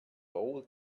old